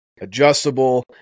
adjustable